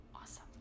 awesome